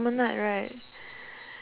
orh